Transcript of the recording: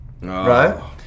Right